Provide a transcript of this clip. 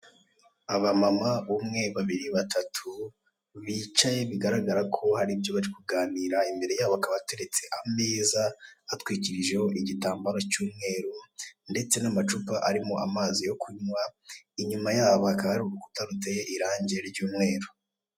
Abamama umwe babiri batatu bicaye bigaragareko hari ibyo bari kuganira, imbere yabo hakaba hateretse ameza, hatwikirijeho igitambaro cy'umweru ndetse n'amacupa arimo amazi yo kunywa, inyuma yabo hakaba hariho urukuta ruteye irange ry'umweru.